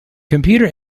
computer